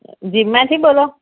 જીમમાંથી બોલો